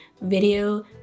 video